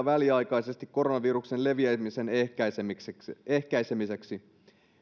väliaikaisesti koronaviruksen leviämisen ehkäisemiseksi ehkäisemiseksi